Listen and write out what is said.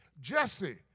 Jesse